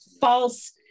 false